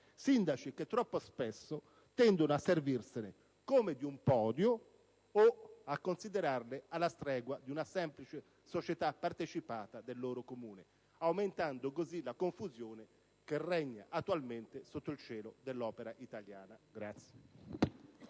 i quali troppo spesso tendono a servirsene come di un podio o a considerarle alla stregua di una semplice società partecipata del loro comune, aumentando così la confusione che regna attualmente sotto il cielo dell'opera italiana.